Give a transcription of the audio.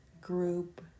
group